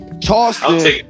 Charleston